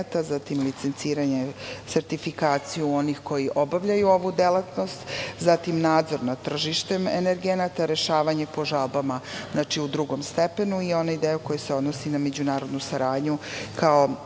zatim licenciranje, sertifikaciju onih koji obavljaju ovu delatnosti, zatim, nadzor nad tržištem energenata, zatim, rešavanje po žalbama, znači u drugom stepenu, i onaj deo koji se odnosi na međunarodnu saradnju, kao